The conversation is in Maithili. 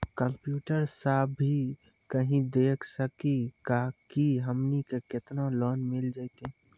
कंप्यूटर सा भी कही देख सकी का की हमनी के केतना लोन मिल जैतिन?